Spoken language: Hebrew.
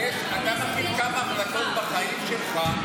אתה מכיר כמה החלטות בחיים שלך,